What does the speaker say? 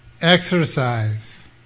exercise